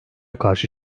karşı